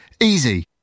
Easy